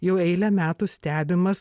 jau eilę metų stebimas